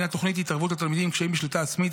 תוכנית התערבות לתלמידים עם קשיים בשליטה עצמית,